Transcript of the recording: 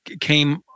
came